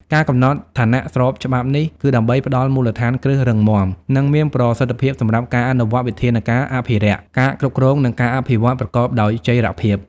ការកំណត់ឋានៈស្របច្បាប់នេះ គឺដើម្បីផ្តល់មូលដ្ឋានគ្រឹះរឹងមាំ និងមានប្រសិទ្ធភាពសម្រាប់ការអនុវត្តវិធានការអភិរក្ស ការគ្រប់គ្រង និងការអភិវឌ្ឍប្រកបដោយចីរភាព។